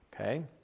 Okay